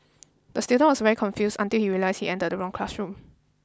the student was very confused until he realised he entered the wrong classroom